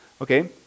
okay